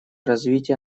развития